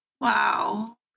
wow